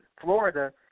Florida